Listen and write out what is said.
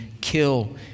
kill